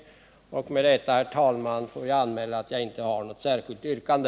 Med detta, herr talman, får jag anmäla att jag inte har något särskilt yrkande.